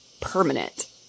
permanent